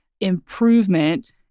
improvement